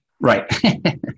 right